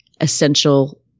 essential